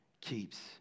keeps